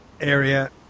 area